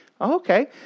okay